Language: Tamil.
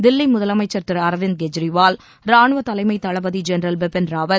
தில்வி முதலமைச்சர் திரு அரவிந்த் கெஜ்ரிவால் ரானுவ தலைமை தளபதி ஜென்ரல் பிபின் ராவத்